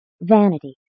Vanity